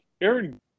Aaron